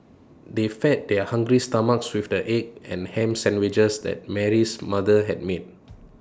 they fed their hungry stomachs with the egg and Ham Sandwiches that Mary's mother had made